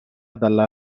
dalla